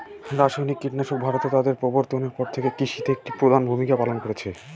রাসায়নিক কীটনাশক ভারতে তাদের প্রবর্তনের পর থেকে কৃষিতে একটি প্রধান ভূমিকা পালন করেছে